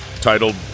titled